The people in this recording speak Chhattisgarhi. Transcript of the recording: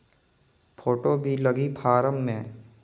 फ़ोटो भी लगी फारम मे?